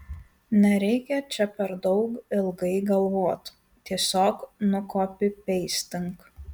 nereikia čia per daug ilgai galvot tiesiog nukopipeistink